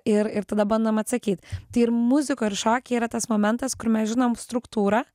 ir ir tada bandom atsakyt tai ir muzikoj ir šoky yra tas momentas kur mes žinom struktūrą